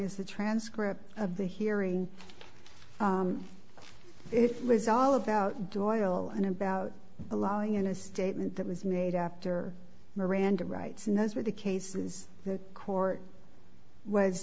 is the transcript of the hearing it was all about do oil and about allowing in a statement that was made after miranda rights and those were the cases the court was